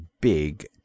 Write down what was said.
big